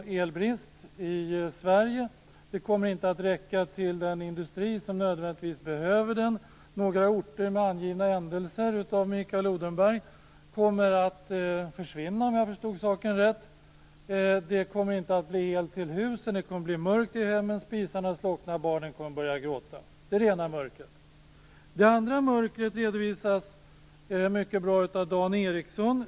Elen kommer inte att räcka till den industri som nödvändigtvis behöver den. Några orter med av Mikael Odenberg angivna ändelser kommer att försvinna, om jag förstod saken rätt. Det kommer inte att finnas el till husen. Det kommer att bli mörkt i hemmen, spisarna slocknar och barnen kommer att börja gråta. Det är det ena mörkret. Det andra mörkret redovisas mycket bra av Dan Ericsson.